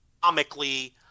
comically